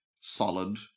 solid